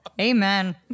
Amen